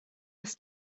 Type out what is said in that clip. ist